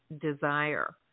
desire